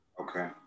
Okay